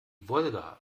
wolga